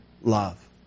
love